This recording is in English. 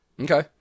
Okay